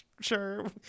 sure